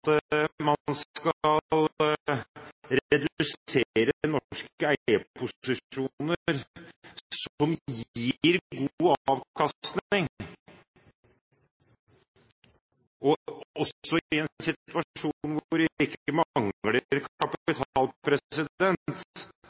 at man skal redusere norske eierposisjoner som gir god avkastning, at en setter det i spill i en situasjon hvor det ikke